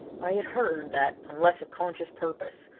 i had heard that, unless of conscious purpose,